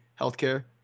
healthcare